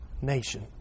nation